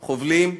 חובלים,